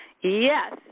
Yes